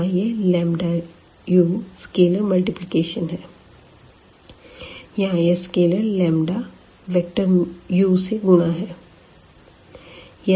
यहाँ यह u scalar multiplication है यहाँ यह स्केलर वेक्टर u से गुणा है